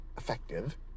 effective